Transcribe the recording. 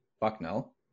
Bucknell